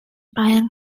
brian